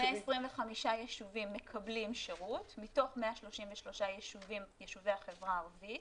125 ישובים מקבלים שירות מתוך 133 יישובי החברה הערבית.